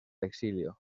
exilio